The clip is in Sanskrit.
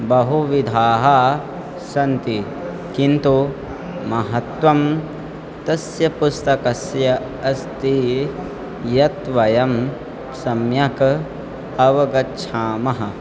बहुविधाः सन्ति किन्तु महत्त्वं तस्य पुस्तकस्य अस्ति यत् वयं सम्यक् अवगच्छामः